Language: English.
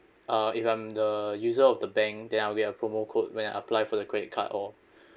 uh if I'm the user of the bank then I'll get a promo code when I apply for the credit card or